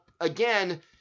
again